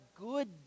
good